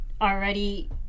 already